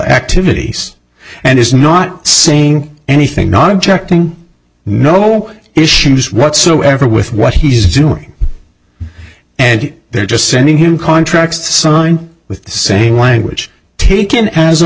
activities and is not saying anything not objecting no issues whatsoever with what he's doing and they're just sending him contracts signed with the same language taken as a